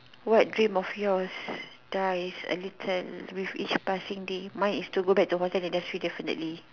what dream of yours dies a little which each passing day mine is to go back to hotel industry definitely